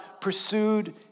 pursued